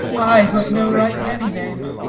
i, who have no right to any name.